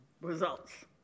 results